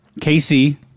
Casey